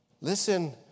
Listen